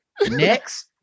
Next